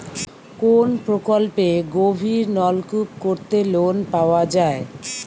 কোন প্রকল্পে গভির নলকুপ করতে লোন পাওয়া য়ায়?